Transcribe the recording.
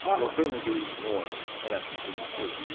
will certainly do even more, and that's been proven true.